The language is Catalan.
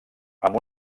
amb